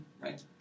right